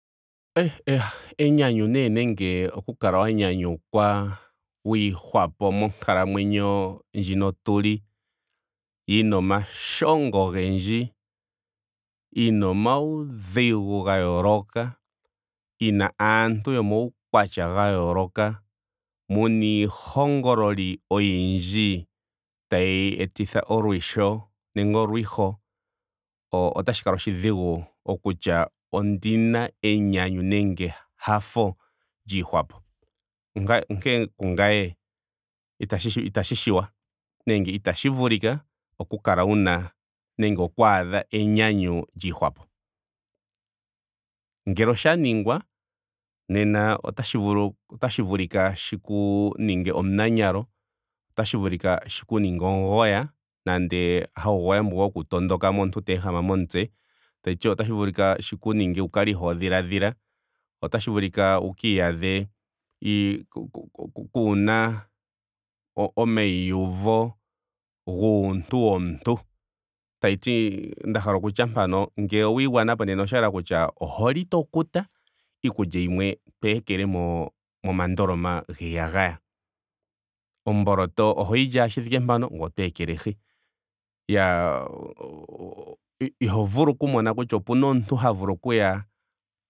Enyanyu nee nenge oku kala wa nyanyukwa wiihwapo monkalamwenyo ndjino tuli yina omashongo ogendji. yina omaudhigu ga yooloka. yina aantu yomaukwatya ga yooloka. muna iihongololi oyindji. tayi etitha olwisho nenge olwiho o- otashi kala oshidhigu okutya ondina enyanyu nenge ehafo lyiihwapo. Nga- onkene kungame itashi itashi shiwa nenge itashi vulika oku kala wuna nenge okwaadha enyanyu lyiihwapo. Ngele osha ningwa nena otashi vulika shiku ninge omunanyalo. otashi vulika shi ku ninge omugoya. nande haugoya mbu woku tondoka mo omuntu ta ehama momutse. tashiti otashi vulika shi ku ninge wu kale ihoo dhiladhila. otashi vulika wu iyadhe i- ku- ku- kuuna omaiyuvo guuntu womuntu. tashiti nd ahala okutya mpano ngele owa igwanapo enna osha yela kutya oho li to kuta iikulya yimwe to ekele mo- momandoloma giiyagaya. Omboto ohoyili ashike shi thike mpano. ngoye oto ekelehi. Iyaa o- o- o. iho vulu oku mona kutya opena omuntu ha vulu okuya